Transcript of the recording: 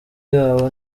yabo